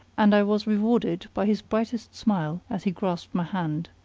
and i was rewarded by his brightest smile as he grasped my hand.